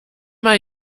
mal